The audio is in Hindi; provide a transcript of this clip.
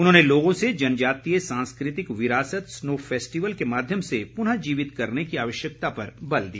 उन्होंनें लोगों से जनजातीय सांस्कृतिक विरासत स्नो फैस्टिवल के माध्यम से पुर्नजीवित करने की आवश्यकता पर बल दिया